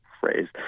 phrase